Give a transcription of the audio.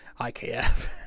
IKF